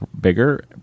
bigger